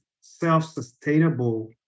self-sustainable